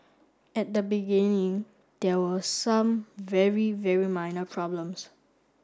at the beginning there were some very very minor problems